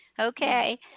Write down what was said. Okay